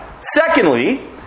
Secondly